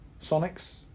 Sonics